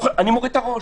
אני מוריד את הראש.